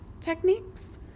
techniques